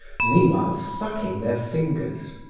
meanwhile sucking their fingers.